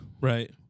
Right